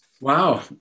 Wow